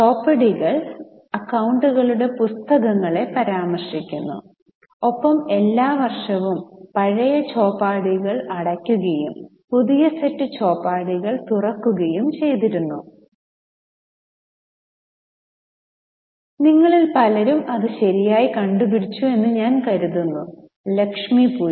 ചോപാഡികൾ അക്കൌണ്ടുകളുടെ പുസ്തകങ്ങളെ പരാമർശിക്കുന്നു ഒപ്പം എല്ലാ വർഷവും പഴയ ചോപാഡികൾ അടയ്ക്കുകയും പുതിയ സെറ്റ് ചോപാഡികൾ തുറക്കുകയും ചെയ്തിരുന്നു നിങ്ങളിൽ പലരും ഇത് ശരിയായി കണ്ടു പിടിച്ചു എന്ന് ഞാൻ കരുതുന്നു ലക്ഷ്മി പൂജ